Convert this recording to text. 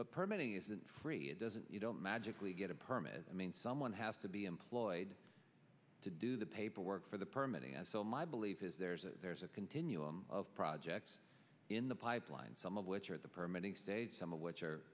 but per many isn't free it doesn't you don't magically get a permit i mean someone has to be employed to do the paperwork for the permit and so my belief is there's a there's a continuum of projects in the pipeline some of which are at the permitting stage some of which are